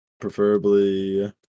preferably